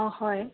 অঁ হয়